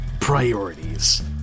priorities